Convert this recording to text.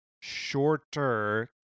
shorter